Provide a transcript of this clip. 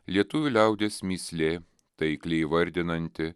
lietuvių liaudies mįslė taikliai įvardinanti